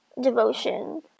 devotion